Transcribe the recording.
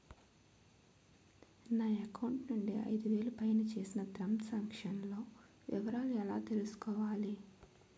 నా అకౌంట్ నుండి ఐదు వేలు పైన చేసిన త్రం సాంక్షన్ లో వివరాలు ఎలా తెలుసుకోవాలి?